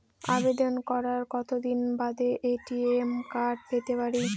আবেদন করার কতদিন বাদে এ.টি.এম কার্ড পেতে পারি?